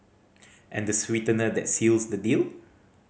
and the sweetener that seals the deal